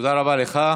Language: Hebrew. תודה רבה לך.